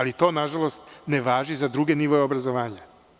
To nažalost ne važi za druge nivoe obrazovanja.